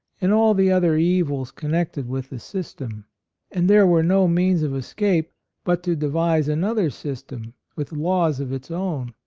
and all the other evils connected with the system and there were no means of escape but to devise another system with laws of its own.